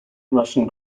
russian